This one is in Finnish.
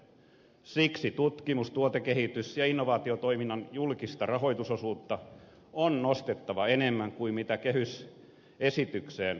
siksi tutkimus tuotekehitys ja innovaatiotoiminnan julkista rahoitusosuutta on nostettava enemmän kuin kehysesitykseen on kirjattu